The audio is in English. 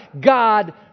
God